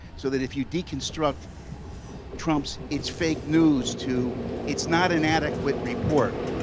so that if you deconstruct trump's it's fake news to it's not an adequate report,